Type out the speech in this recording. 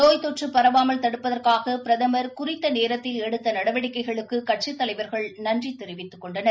நேய் தொற்று பரவாமல் தடுப்பதற்காக பிரதமா் குறித்த நேரத்தில் எடுத்த நடவடிக்கைகளுக்கு கட்சித் தலைவர்கள் நன்றி தெரிவித்துக் கொண்டனர்